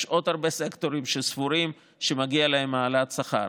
יש עוד הרבה סקטורים שסבורים שמגיעה להם העלאת שכר.